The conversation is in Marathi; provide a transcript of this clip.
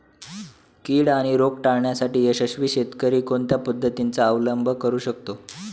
कीड आणि रोग टाळण्यासाठी यशस्वी शेतकरी कोणत्या पद्धतींचा अवलंब करू शकतो?